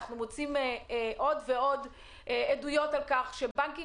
אנחנו מוצאים עוד ועוד עדויות על כך שבנקים